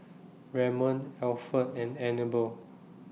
Ramon Alferd and Anibal